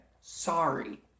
Sorry